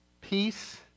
peace